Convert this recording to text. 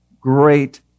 great